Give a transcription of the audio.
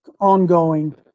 ongoing